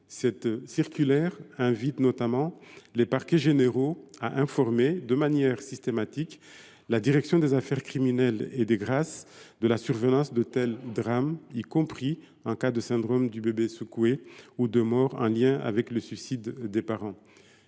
Cette circulaire invite, par ailleurs, les parquets généraux à informer de manière systématique la direction des affaires criminelles et des grâces de la survenance de tels drames, y compris dans les cas de syndrome du bébé secoué ou de mort en lien avec le suicide des parents.